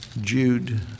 Jude